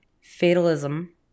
Fatalism